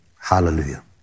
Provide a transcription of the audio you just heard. Hallelujah